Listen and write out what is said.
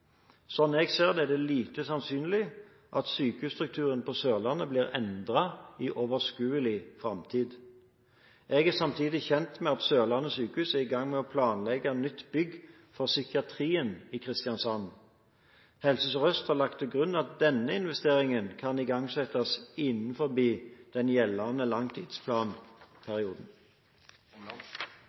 jeg ser det, er det lite sannsynlig at sykehusstrukturen på Sørlandet blir endret i overskuelig framtid. Jeg er samtidig kjent med at Sørlandet sykehus er i gang med å planlegge nytt bygg for psykiatrien i Kristiansand. Helse Sør-Øst har lagt til grunn at denne investeringen kan igangsettes innenfor den gjeldende langtidsplanperioden.